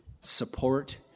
support